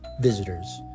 visitors